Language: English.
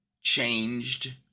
changed